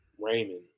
Raymond